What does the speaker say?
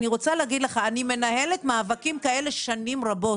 אני רוצה להגיד לך שאני מנהלת מאבקים כאלה שנים רבות,